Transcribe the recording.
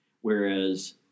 whereas